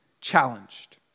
challenged